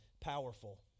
powerful